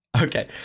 Okay